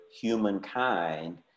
humankind